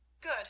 Good